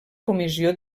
comissió